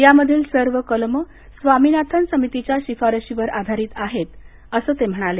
या मधील सर्व कलमं स्वामिनाथन समितीच्या शिफारशीवर आधारित आहेत असं ते म्हणाले